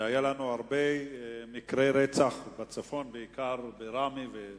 היו לנו הרבה מקרי רצח, בצפון בעיקר, בראמה,